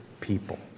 people